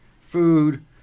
Food